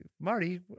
Marty